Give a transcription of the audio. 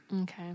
Okay